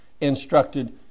instructed